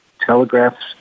telegraphs